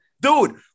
dude